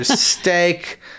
steak